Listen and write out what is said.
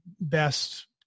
best